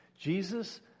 Jesus